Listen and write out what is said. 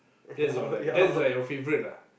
that's your like that's like your favorite ah